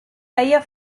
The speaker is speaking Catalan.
deia